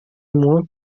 moins